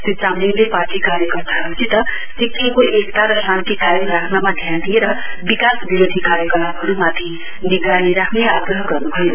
श्री चामलिङले पार्टी कार्यकर्ताहरूसित सिक्किमको एकता र शान्ति कायम राख्नमा ध्यान दिएर विकास विरोधी कार्यकलापहरूमध्ये निगरानी राख्ने आग्रह गर्नुभयो